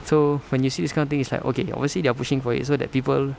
so when you see this kind of thing it's like okay obviously they are pushing for it so that people